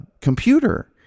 computer